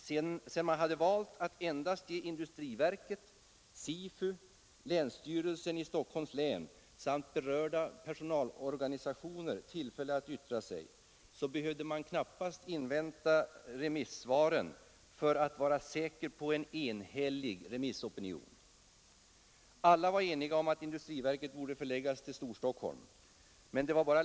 Sedan man valt att endast ge industriverket, SIFU, länsstyrelsen i Stockholms län samt berörda personalorganisationer tillfälle att yttra sig, behövde man knappast invänta svaren för att vara säker på en enhällig remissopinion. Alla var eniga om att industriverket borde förläggas till Storstockholm.